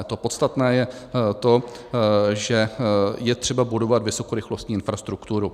To podstatné je to, že je třeba budovat vysokorychlostní infrastrukturu.